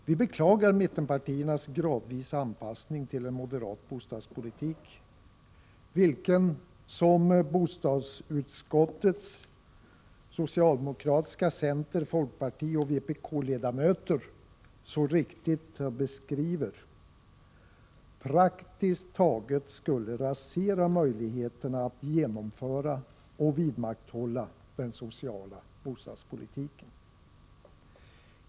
Vi beklagar mittenpartiernas gradvisa anpassning till en moderat bostadspolitik, vilken — som bostadsutskottets socialdemokrater, centerpartister, folkpartister och vpk-ledamöter så riktigt beskriver — praktiskt taget skulle rasera möjligheterna att genomföra och vidmakthålla den sociala bostadspolitiken.